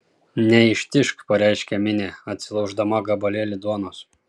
neištižk pareiškė minė atsilauždama gabalėlį duonos